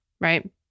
right